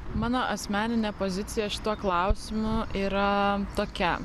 mano asmeninė pozicija šituo klausimu yra tokia